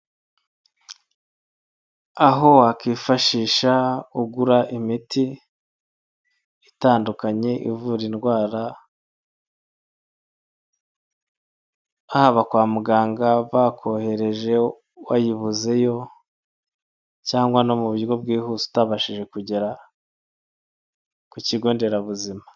Aho wakwifashisha ugura imiti itandukanye ivura indwara haba kwa muganga bakoheje wayibuzeyo cyangwa no mu buryo bwihuse utabashije kugera ku kigo nderabuzima.